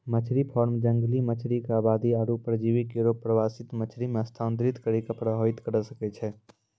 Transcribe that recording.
मछरी फार्म जंगली मछरी क आबादी आरु परजीवी केरो प्रवासित मछरी म स्थानांतरित करि कॅ प्रभावित करे सकै छै